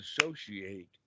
associate